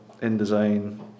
InDesign